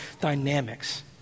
dynamics